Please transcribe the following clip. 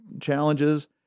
challenges